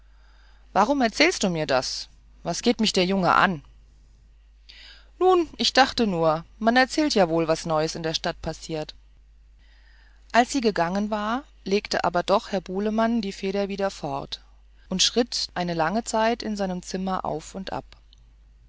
warum erzählst du mir das was geht mich der junge an nun ich dachte nur man erzählt ja wohl was neues in der stadt passiert als sie gegangen war legte aber doch herr bulemann die feder wieder fort und schritt die hände auf dem rücken eine lange zeit in seinem zimmer auf und ab